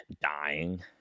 dying